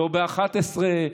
לא ב-11,